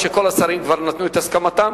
אף-על-פי שכל השרים כבר נתנו את הסכמתם.